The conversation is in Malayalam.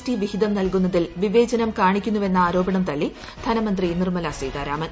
ടി വിഹിതം നല്കുന്നതിൽ വിവേചനം കാണിക്കുന്നുവെന്ന ആരോപണം തള്ളി ധനമന്ത്രി നിർമ്മലാ സീതാരാമൻ